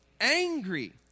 Angry